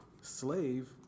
slave